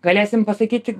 galėsim pasakyti